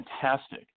fantastic